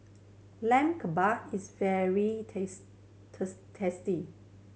Lamb Kebabs is very tasty